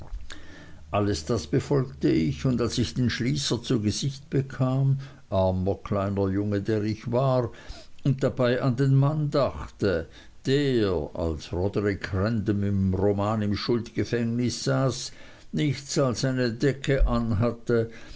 alles das befolgte ich und als ich den schließer zu gesicht bekam armer kleiner junge der ich war und dabei an den mann dachte der als roderick random im roman im schuldgefängnis saß nichts als eine alte decke anhatte